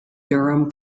durham